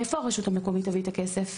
מאיפה הרשות המקומית תביא את הכסף?